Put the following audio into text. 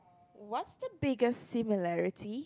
what's the biggest similarity